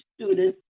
students